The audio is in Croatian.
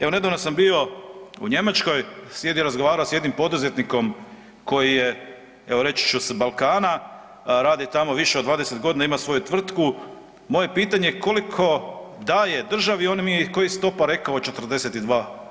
Evo, nedavno sam bio u Njemačkoj, sjedio, razgovarao s jednim poduzetnikom koji je, evo reći ću, s Balkana, radi tamo više od 20 godina, ima svoju tvrtku, moje pitanje koliko daje državi, on mi je kao iz topa dao 42%